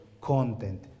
content